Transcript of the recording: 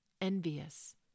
envious